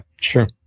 sure